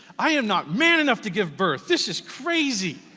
i am not man enough to give birth, this is crazy.